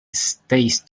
stays